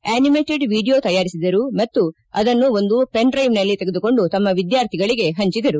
animated video ತಯಾರಿಸಿದರು ಮತ್ತು ಅದನ್ನು ಒಂದು ಪೆನ್ಡ್ರೈವ್ನಲ್ಲಿ ತೆಗೆದುಕೊಂಡು ತಮ್ಮ ವಿದ್ಯಾರ್ಥಿಗಳಿಗೆ ಹಂಚಿದರು